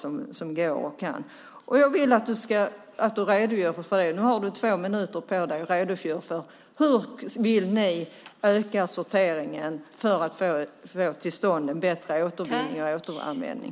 Du har två minuter på dig, och jag vill att du redogör för hur ni vill öka sorteringen för att få till stånd en bättre återvinning och återanvändning.